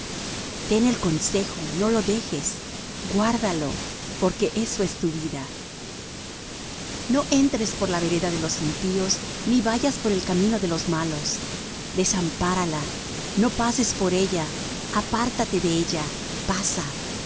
ten el consejo no lo dejes guárdalo porque eso es tu vida no entres por la vereda de los impíos ni vayas por el camino de los malos desampárala no pases por ella apártate de ella pasa